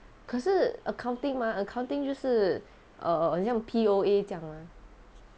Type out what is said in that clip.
可是 accounting mah accounting 就是 err 很像 P_O_A 这样嘛